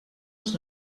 els